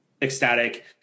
ecstatic